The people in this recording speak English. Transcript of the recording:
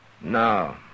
No